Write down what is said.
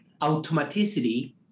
automaticity